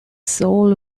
soul